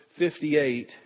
58